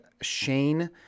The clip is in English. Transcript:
Shane